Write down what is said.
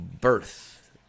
birth